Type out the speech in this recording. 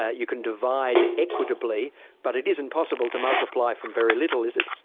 ah you can divide equitably but it isn't possible to multiply from very little is it?